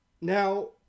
Now